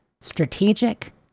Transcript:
Strategic